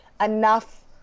enough